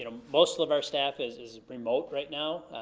you know most of of our staff is is remote right now,